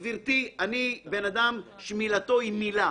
גברתי, אני בן אדם שמילתו היא מילה.